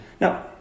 Now